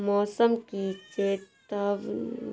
मौसम की चेतावनी हेतु कृत्रिम उपग्रहों का प्रयोग किया जाता है